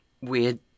weird